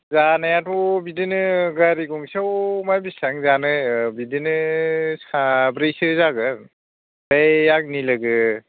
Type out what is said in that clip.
जानायाथ' बिदिनो गारि गंसेयाव मा बेसेबां जानो ओ बिदिनो साब्रैसो जागोन बै आंनि लोगो